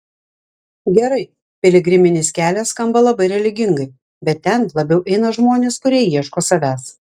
gerai piligriminis kelias skamba labai religingai bet ten labiau eina žmonės kurie ieško savęs